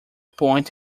point